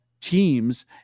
teams